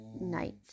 night